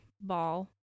ball